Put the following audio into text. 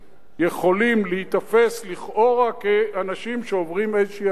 יכולים להיתפס לכאורה כאנשים שעוברים איזו עבירה.